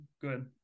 good